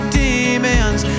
demons